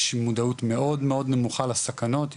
יש מודעות מאוד מאוד נמוכה לסכנות,